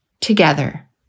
together